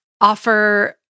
offer